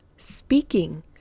speaking